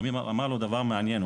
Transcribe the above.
חמיו אמר לו דבר מעניין.